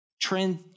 Trend